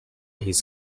his